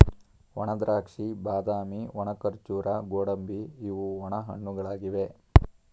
ಒಣದ್ರಾಕ್ಷಿ, ಬಾದಾಮಿ, ಒಣ ಖರ್ಜೂರ, ಗೋಡಂಬಿ ಇವು ಒಣ ಹಣ್ಣುಗಳಾಗಿವೆ